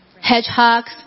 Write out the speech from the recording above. hedgehogs